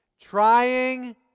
trying